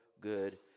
good